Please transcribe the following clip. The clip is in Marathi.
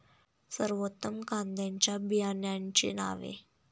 सर्वोत्तम कांद्यांच्या बियाण्यांची नावे?